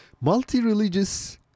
multi-religious